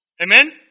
Amen